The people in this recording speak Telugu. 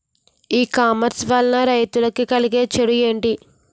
ఈ కామర్స్ వలన రైతులకి కలిగే చెడు ఎంటి?